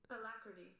Alacrity